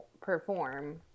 perform